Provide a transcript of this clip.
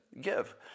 give